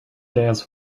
dance